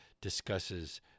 discusses